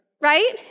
right